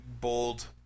bold